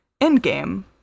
Endgame